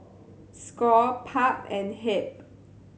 score PUB and HEB